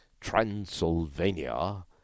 Transylvania